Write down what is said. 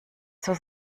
zur